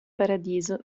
paradiso